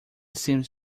seems